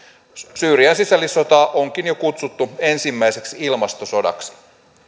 syyrian sisällissotaa onkin jo kutsuttu ensimmäiseksi ilmastosodaksi